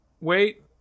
wait